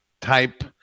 type